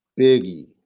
Biggie